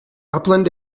upland